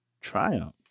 triumph